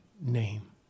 name